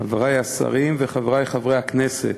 חברי השרים וחברי חברי הכנסת,